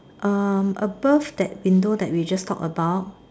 uh above that window that we just talked about